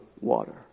water